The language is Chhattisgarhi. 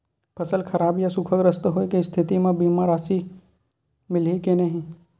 फसल खराब या सूखाग्रस्त होय के स्थिति म बीमा के राशि मिलही के नही?